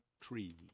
tree